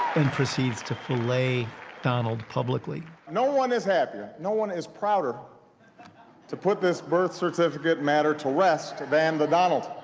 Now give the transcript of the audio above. and proceeds to filet donald publicly. no one is happier, no one is prouder to put this birth certificate matter to rest than the donald.